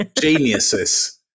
geniuses